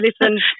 listen